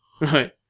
Right